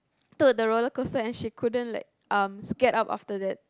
took the roller coster and she couldn't like um get up after that